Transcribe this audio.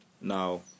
now